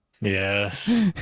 Yes